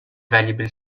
valuable